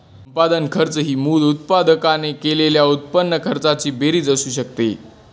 संपादन खर्च ही मूळ उत्पादकाने केलेल्या उत्पादन खर्चाची बेरीज असू शकते